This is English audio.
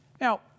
Now